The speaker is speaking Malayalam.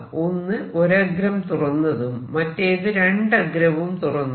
ഒന്ന് ഒരഗ്രം തുറന്നതും മറ്റേത് രണ്ടഗ്രവും തുറന്നതും